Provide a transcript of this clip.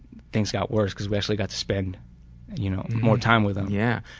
things got worse cause we actually got to spend you know more time with him. yeah,